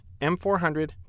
M400